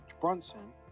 Brunson